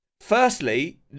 Firstly